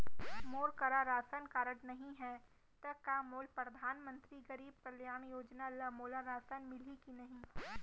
मोर करा ration card नहीं है त का मोल परधानमंतरी गरीब कल्याण योजना ल मोला राशन मिलही कि नहीं?